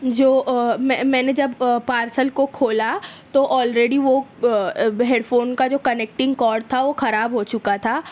جو میں میں نے جب پارسل کو کھولا تو آلریڈی وہ ہیڈ فون کا جو کنیکٹنگ کورڈ تھا وہ خراب ہو چکا تھا